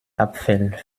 apfel